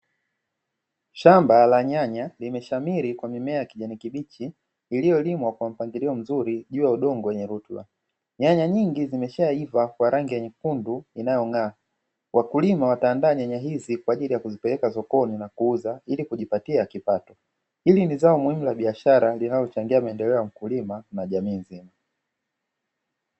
Shamba la nyanya limeshamiri kwa mimea ya kijani kibichi lilolimwa kwa mpangilio mzuri juu ya udongo wenye rutuba, nyanya nyingi zimeshaiva kwa rangi ya nyekundu inayong'aa. Wakulima wataandaa nyanya hizi kwa ajili ya kuzipeleka sokoni na kuuza ili kujipatia kipato, hili ni zao muhimu la biashara linalochangia maendeleo ya mkulima na jamii